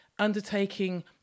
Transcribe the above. undertaking